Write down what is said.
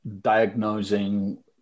diagnosing